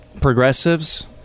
Progressives